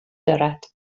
دارد